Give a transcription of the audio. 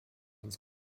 ins